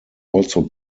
also